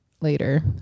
later